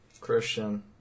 Christian